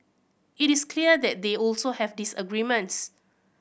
it is clear that they also have disagreements